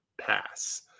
Pass